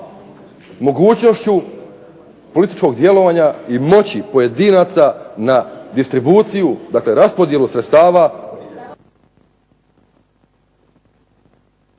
mogućnošću političkog djelovanja i moći pojedinaca na distribuciju, dakle raspodjelu sredstava